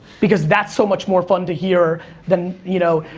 because that's so much more fun to hear than, you know,